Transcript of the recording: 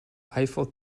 eiffel